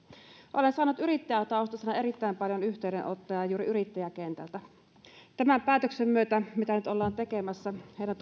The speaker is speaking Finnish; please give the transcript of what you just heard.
olen saanut yrittäjätaustaisena erittäin paljon yhteydenottoja juuri yrittäjäkentältä tämän päätöksen myötä mitä nyt ollaan tekemässä heidän